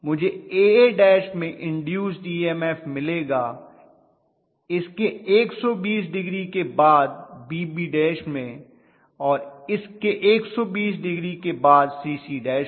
मुझे A A में induced EMF मिलेगा इसके 120 डिग्री के बाद B B में और इसके 120 डिग्री के बादC C में